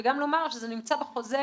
וגם לומר שזה נמצא בחוזה,